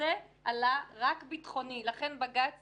הנושא עלה רק ביטחוני ולכן בג"ץ